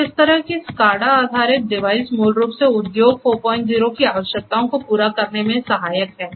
तो इस तरह की SCADA आधारित डिवाइस मूल रूप से उद्योग 40 की आवश्यकताओं को पूरा करने में सहायक है